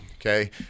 okay